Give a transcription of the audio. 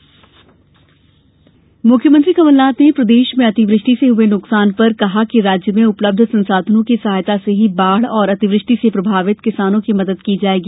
CM किसान सहायता मुख्यमंत्री कमलनाथ ने प्रदेश में अतिवृष्टि से हुए नुकसान पर कहा कि राज्य में उपलब्ध संसाधनों की सहायता से ही बाढ़ और अतिवृष्टि से प्रभावित किसानों की मदद की जायेगी